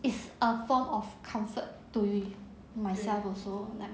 is a form of comfort to you myself also like